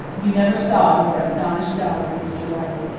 you never saw a more astonished dog than mr. riley.